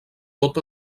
tot